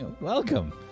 Welcome